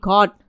God